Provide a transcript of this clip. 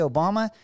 Obama